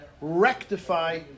rectify